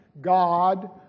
God